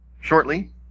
shortly